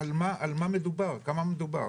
על מה מדובר, כמה מדובר.